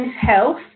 health